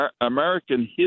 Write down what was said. American